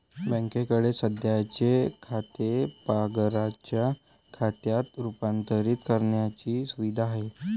बँकेकडे सध्याचे खाते पगाराच्या खात्यात रूपांतरित करण्याची सुविधा आहे